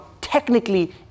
technically